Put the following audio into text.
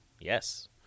Yes